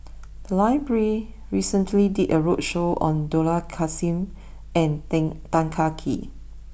the library recently did a roadshow on Dollah Kassim and Tan Kah Kee